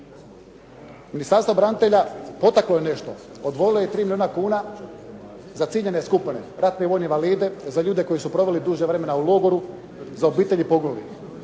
Ministarstvo branitelja potaklo je nešto, odvojilo je 3 milijuna kuna za ciljane skupine, ratne vojne invalide, za ljude koji su proveli duže vremena u logoru, za obitelji poginulih.